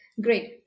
Great